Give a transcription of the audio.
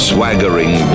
Swaggering